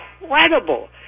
incredible